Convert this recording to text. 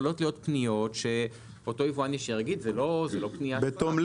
יכולה להיות פנייה של יבואן ישיר שתהיה רק ערעור,